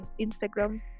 Instagram